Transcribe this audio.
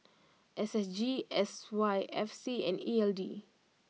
S S G S Y F C and E L D